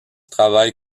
travaille